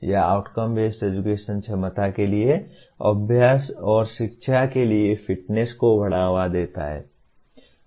यह outcome based education क्षमता के लिए अभ्यास और शिक्षा के लिए फिटनेस को बढ़ावा देता है